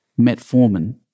metformin